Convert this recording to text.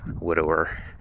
widower